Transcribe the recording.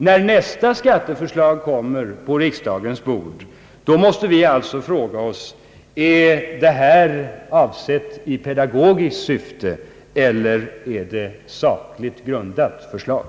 När nästa skatteförslag kommer på riksdagens bord måste vi alltså fråga oss, om det är framlagt i pedagogiskt syfte eller om det är ett sakligt grundat förslag.